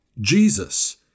Jesus